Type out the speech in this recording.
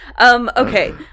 Okay